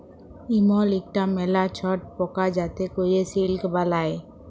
ইমল ইকটা ম্যালা ছট পকা যাতে ক্যরে সিল্ক বালাই